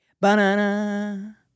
Banana